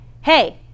hey